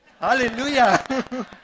Hallelujah